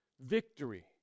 victory